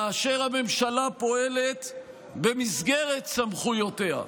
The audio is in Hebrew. כאשר הממשלה פועלת במסגרת סמכויותיה,